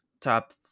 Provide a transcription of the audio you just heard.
top